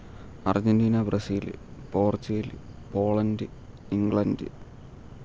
Argentina Brazil Portugal Poland England